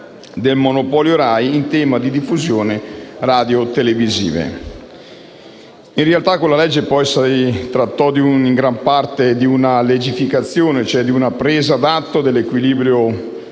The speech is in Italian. del monopolio RAI in tema di diffusioni radiotelevisive. In realtà si trattò per gran parte di una legificazione, cioè di una presa d'atto dell'equilibrio